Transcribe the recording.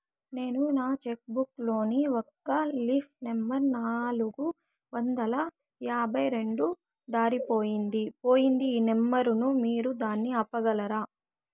నేను నా cheque book లోని ఒక లీఫ్ నెంబర్ నాలుగు వందల యాభై రెండు దారిపొయింది పోయింది ఈ నెంబర్ ను మీరు దాన్ని ఆపగలరా?